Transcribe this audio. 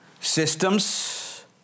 Systems